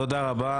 תודה רבה.